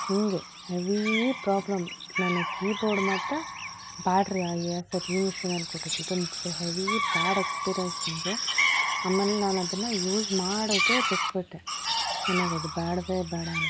ಹೀಗೆ heavy problem ನನಗೆ keyboard ಮತ್ತು ಬ್ಯಾಟ್ರಿ ಆಯ್ ಸರ್ ಈ ಮಿಷನಲ್ಲಿ ಕೊಟ್ಟಿರ್ತಿದ್ದು ಒಂದು ಹೆವೀ ಬ್ಯಾಡ್ ಎಕ್ಸ್ಪೀರಿಯನ್ಸ್ ನನಗೆ ಆಮೇಲೆ ನಾನು ಅದನ್ನು ಯೂಸ್ ಮಾಡೋದೇ ಬಿಟ್ಬಿಟ್ಟೆ ನನಗದು ಬೇಡ್ವೇ ಬೇ ಡ ಅಂತ